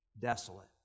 desolate